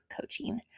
coaching